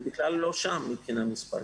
זה בכלל לא שם מבחינה מספרית.